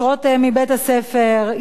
נושרות מבית-הספר.